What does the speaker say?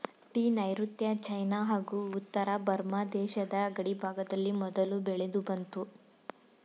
tea ನೈರುತ್ಯ China ಹಾಗೂ ಉತ್ತರ ಬರ್ಮ ದೇಶದ ಗಡಿಭಾಗದಲ್ಲಿ ಮೊದಲು ಬೆಳೆದುಬಂತು